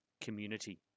community